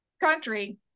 country